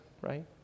right